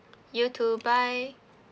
you too bye